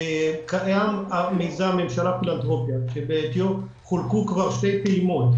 קיים המיזם ממשלה פילנתרופיה שבעתיו חולקו כבר שתי פעימות,